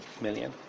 million